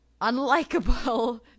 unlikable